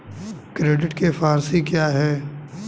Credit के four C क्या हैं?